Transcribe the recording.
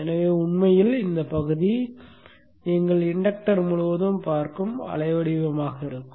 எனவே உண்மையில் இந்த பகுதி நீங்கள் இன்டக்டர் முழுவதும் பார்க்கும் அலைவடிவமாக இருக்கும்